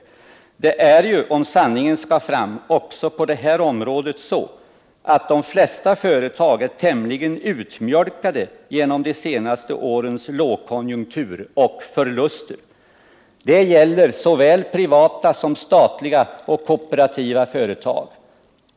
Det är ju, om sanningen ska fram också på det här området, så att de flesta företag är tämligen utmjölkade genom de senaste årens lågkonjunktur och förluster. Det gäller såväl privata som statliga och kooperativa företag.